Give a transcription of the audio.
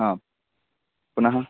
आम् पुनः